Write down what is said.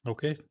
Okay